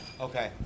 Okay